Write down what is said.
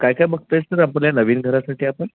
काय काय बघताय सर आपल्या नवीन घरासाठी आपण